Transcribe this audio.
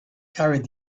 carried